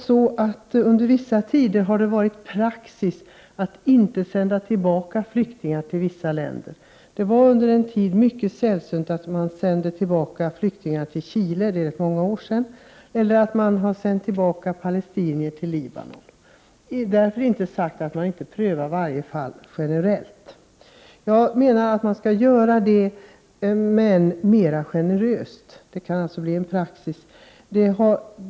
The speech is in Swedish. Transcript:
Under vissa tider har det varit praxis att inte sända tillbaka flyktingar till vissa länder. Det var under en tid mycket sällsynt att man sände tillbaka flyktingar till Chile — det är nu många år sedan — eller att man sänt tillbaka palestinier till Libanon. Därmed inte sagt att man inte prövar varje fall individuellt. Jag menar att man skall göra det men mera generöst. Det skulle alltså bli en praxis.